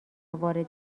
وارد